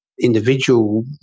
individual